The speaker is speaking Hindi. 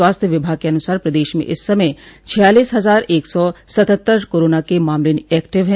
स्वास्थ्य विभाग के अनुसार प्रदेश में इस समय छियालीस हजार एक सौ सत्तहतर कोरोना के मामले एक्टिव है